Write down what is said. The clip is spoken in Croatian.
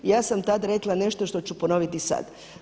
Ja sam tad rekla nešto što ću ponoviti i sad.